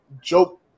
joke